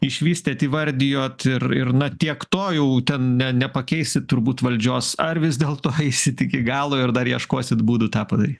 išvystytėt įvardijot ir ir na tiek to jau ten ne nepakeisi turbūt valdžios ar vis dėlto eisit iki galo ir dar ieškosit būdų tą padaryt